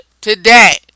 today